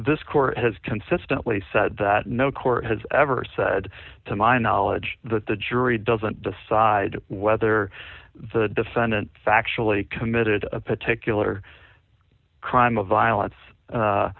this court has consistently said that no court has ever said to my knowledge that the jury doesn't decide whether the defendant factually committed a particular crime of violence